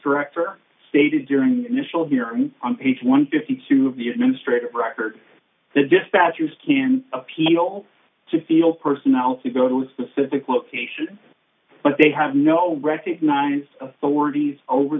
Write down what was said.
director stated during initial hearing on page one hundred and fifty two of the administrative records the dispatchers can appeal to feel personnel to go to a specific location but they have no recognised authorities over